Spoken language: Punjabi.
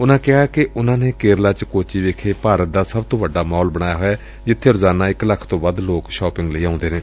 ਉਨਾਂ ਦਸਿਆ ਕਿ ਉਨਾਂ ਨੇ ਕੇਰਲਾ ਚ ਕੋਚੀ ਵਿਖੇ ਭਾਰਤ ਦਾ ਸਭ ਤੋ ਵੱਡਾ ਮਾਲ ਬਣਾਇਆ ਹੋਇਐ ਜਿੱਥੇ ਰੋਜ਼ਾਨਾ ਇਕ ਲੱਖ ਤੋ ਵੱਧ ਲੋਕ ਸ਼ਾਪਿੰਗ ਲਈ ਆਉਂਦੇ ਨੇ